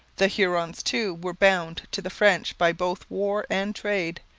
the hurons, too, were bound to the french by both war and trade.